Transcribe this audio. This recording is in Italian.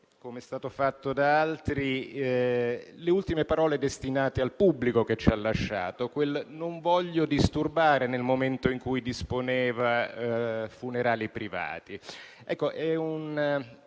come è stato fatto da altri, le ultime parole destinate al pubblico che ci ha lasciato, quel «non voglio disturbare» nel momento in cui disponeva funerali privati.